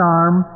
arm